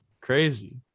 Crazy